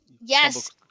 yes